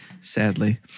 Sadly